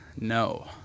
no